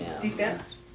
Defense